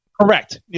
Correct